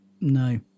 no